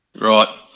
Right